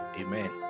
Amen